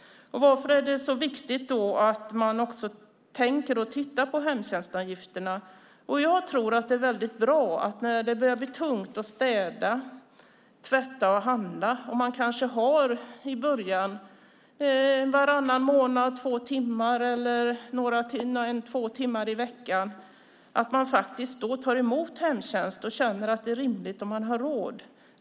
Varför är det så viktigt att tänka på hemtjänstavgifterna? När det börjar bli tungt att städa, tvätta och handla och man i början kanske har hjälp två timmar varannan månad eller en till två timmar i veckan är det bra att då ta emot hemtjänst och kunna känna att det är rimligt och att man har råd.